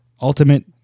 ultimate